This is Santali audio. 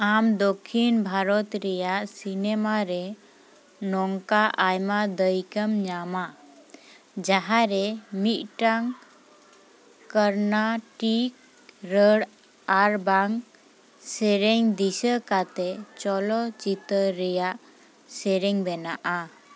ᱟᱢ ᱫᱚᱠᱷᱤᱱ ᱵᱷᱟᱨᱚᱛ ᱨᱮᱭᱟᱜ ᱥᱤᱱᱮᱢᱟ ᱨᱮ ᱱᱚᱝᱠᱟ ᱟᱭᱢᱟ ᱫᱟᱹᱭᱠᱟᱹᱢ ᱧᱟᱢᱟ ᱡᱟᱦᱟᱨᱮ ᱢᱤᱫᱴᱟᱝ ᱠᱟᱨᱱᱟᱴᱤᱠ ᱨᱟᱹᱲ ᱟᱨᱵᱟᱝ ᱥᱮᱨᱮᱧ ᱫᱤᱥᱟᱹ ᱠᱟᱛᱮ ᱪᱚᱞᱚᱪᱤᱛᱟᱹᱨ ᱨᱮᱭᱟᱜ ᱥᱮᱨᱮᱧ ᱵᱮᱱᱟᱜᱼᱟ